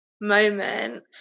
moment